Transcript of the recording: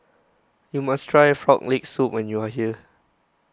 you must try Frog Leg Soup when you are here